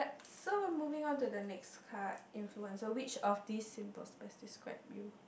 so moving on to the next card influential which of this symbols best describe you